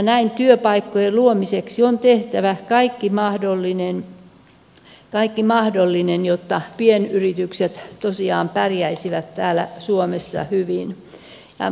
näin työpaikkojen luomiseksi on tehtävä kaikki mahdollinen jotta pienyritykset tosiaan pärjäisivät täällä suomessa hyvin